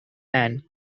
and